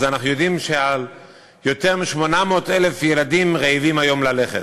אז אנחנו יודעים שיותר מ-800,000 ילדים רעבים היום ללחם.